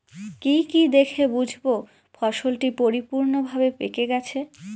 কি কি দেখে বুঝব ফসলটি পরিপূর্ণভাবে পেকে গেছে?